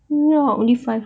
ya only five